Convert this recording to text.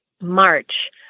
March